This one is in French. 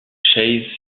chase